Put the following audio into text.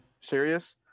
serious